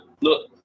Look